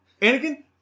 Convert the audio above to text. Anakin